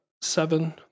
seven